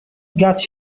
got